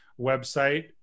website